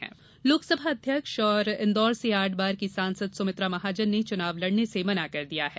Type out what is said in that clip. सुमित्रा महाजन पत्र लोकसभा अध्यक्ष और इंदौर से आठ बार की सांसद सुमित्रा महाजन ने चुनाव लड़ने से मना कर दिया है